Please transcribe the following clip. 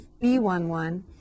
B11